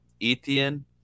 Etienne